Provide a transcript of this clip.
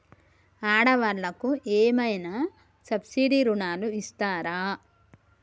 ఆడ వాళ్ళకు ఏమైనా సబ్సిడీ రుణాలు ఇస్తారా?